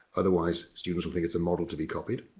otherwise students will think it's a model to be copied.